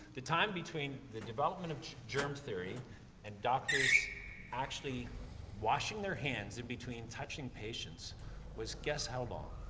the time between the development of g germ theory and doctors actually washing their hands in between touching patients was guess how long?